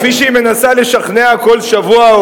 כפי שהיא מנסה לשכנע כל שבוע,